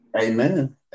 Amen